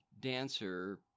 dancer